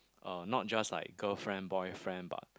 uh not just like girlfriend boyfriend but